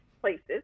places